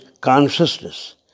consciousness